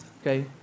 okay